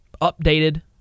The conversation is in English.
updated